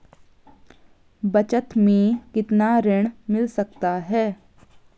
बचत मैं कितना ऋण मिल सकता है?